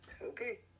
Okay